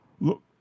look